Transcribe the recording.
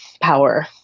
power